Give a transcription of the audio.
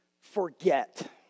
forget